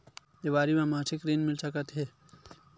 देवारी म मासिक ऋण मिल सकत हे?